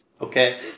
Okay